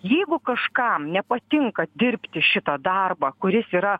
jeigu kažkam nepatinka dirbti šitą darbą kuris yra